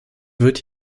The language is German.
wird